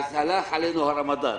אז הלך עלינו הרמדאן.